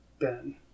Ben